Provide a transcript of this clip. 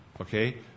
okay